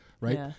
Right